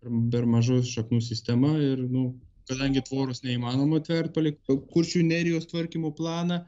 per maža šaknų sistema ir nu kadangi tvoros neįmanoma tvert palei kuršių nerijos tvarkymo planą